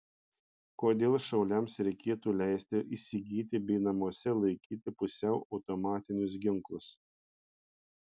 kodėl šauliams reikėtų leisti įsigyti bei namuose laikyti pusiau automatinius ginklus